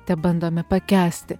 tebandome pakęsti